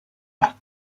یاد